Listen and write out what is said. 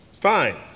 Fine